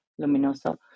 Luminoso